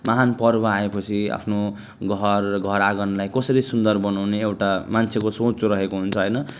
महान पर्व आएपछि आफ्नो घर घर आँगनलाई कसरी सुन्दर बनाउने एउटा मान्छेको सोच रहेको हुन्छ होइन